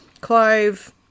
clove